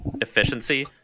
Efficiency